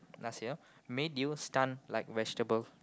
last year made you stunned like vegetable